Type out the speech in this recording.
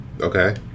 Okay